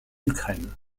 ukraine